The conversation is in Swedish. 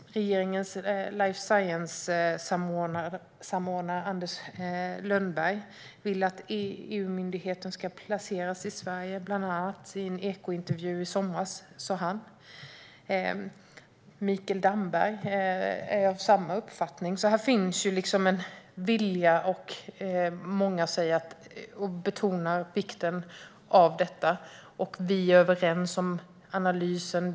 Regeringens life science-samordnare Anders Lönnberg sa i en Ekointervju i somras att han vill att EU-myndigheten ska placeras i Sverige. Mikael Damberg är av samma uppfattning. Här finns alltså en vilja. Många betonar vikten av detta. Vi är överens om analysen.